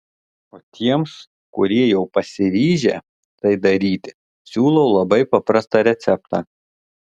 o tiems kurie jau pasiryžę tai daryti siūlau labai paprastą receptą